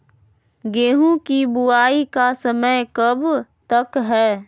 गेंहू की बुवाई का समय कब तक है?